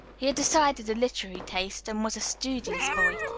he had decidedly a literary taste, and was a studious boy.